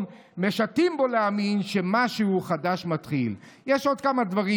משטים בו להאמין ש'משהו חדש מתחיל'." יש עוד כמה דברים,